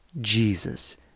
Jesus